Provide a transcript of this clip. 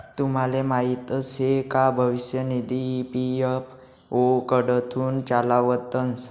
तुमले माहीत शे का भविष्य निधी ई.पी.एफ.ओ कडथून चालावतंस